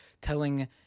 telling –